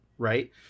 right